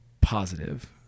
positive